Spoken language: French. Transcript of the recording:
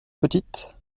petite